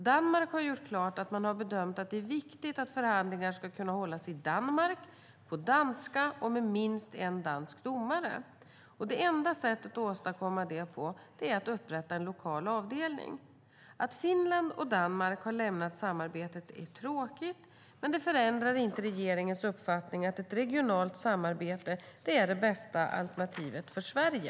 Danmark har gjort klart att man har bedömt att det är viktigt att förhandlingar ska kunna hållas i Danmark, på danska och med minst en dansk domare. Det enda sättet att åstadkomma detta är att upprätta en lokal avdelning. Att Finland och Danmark har lämnat samarbetet är tråkigt. Det förändrar dock inte regeringens uppfattning att ett regionalt samarbete är det bästa alternativet för Sverige.